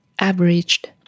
averaged